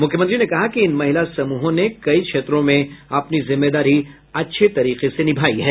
मुख्यमंत्री ने कहा कि इन महिला समूहों ने कई क्षेत्रों में अपनी जिम्मेदारी अच्छे तरीके से निभायी है